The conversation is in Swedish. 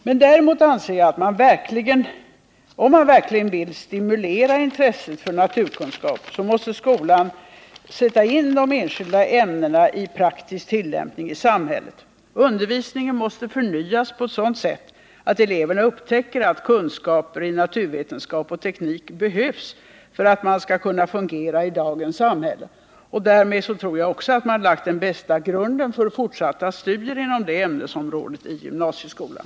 Men om man verkligen vill stimulera intresset för naturkunskap, måste skolan sätta in de enskilda ämnena i praktisk tillämpning i samhället. Undervisningen måste förnyas på ett sådant sätt att eleverna upptäcker att kunskaper i naturkunskap och teknik behövs för att man skall kunna fungera i dagens samhälle. Därmed tror jag att man lagt den bästa grunden för fortsatta studier inom de ämnesområdena i gymnasieskolan.